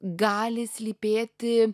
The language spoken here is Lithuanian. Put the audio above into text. gali slypėti